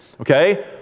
Okay